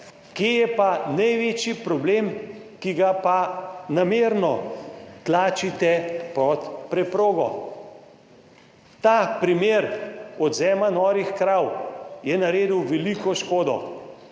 Kje je pa največji problem, ki ga pa namerno tlačite pod preprogo? Ta primer odvzema norih krav je naredil veliko škodo.